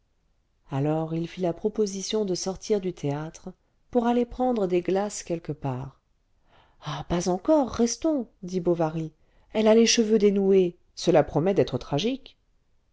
alors il fit la proposition de sortir du théâtre pour aller prendre des glaces quelque part ah pas encore restons dit bovary elle a les cheveux dénoués cela promet d'être tragique